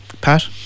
Pat